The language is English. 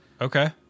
Okay